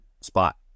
spot